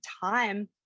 time